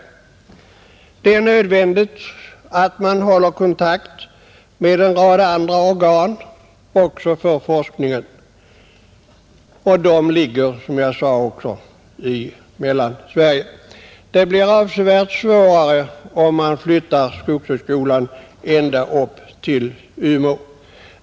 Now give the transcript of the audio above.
Det är nödvändigt att man håller kontakt med en rad andra organ också för forskning, och de ligger som jag sade också i Mellansverige. Det är avsevärt svårare om man flyttar skogshögskolan ända upp till Umeå.